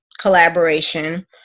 collaboration